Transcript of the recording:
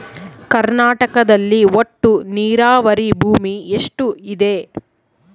ಕರ್ನಾಟಕದಲ್ಲಿ ಒಟ್ಟು ನೇರಾವರಿ ಭೂಮಿ ಎಷ್ಟು ಇದೆ?